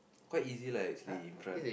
quite easy lah actually in front